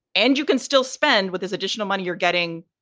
and you can still spend with this additional money you're getting.